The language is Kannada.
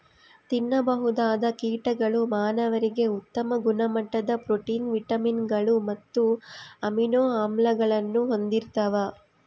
ತಿನ್ನಬಹುದಾದ ಕೀಟಗಳು ಮಾನವರಿಗೆ ಉತ್ತಮ ಗುಣಮಟ್ಟದ ಪ್ರೋಟೀನ್, ವಿಟಮಿನ್ಗಳು ಮತ್ತು ಅಮೈನೋ ಆಮ್ಲಗಳನ್ನು ಹೊಂದಿರ್ತವ